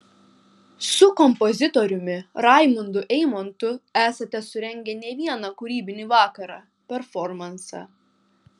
su kompozitoriumi raimundu eimontu esate surengę ne vieną kūrybinį vakarą performansą